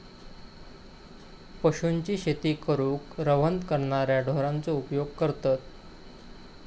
पशूंची शेती करूक रवंथ करणाऱ्या ढोरांचो उपयोग करतत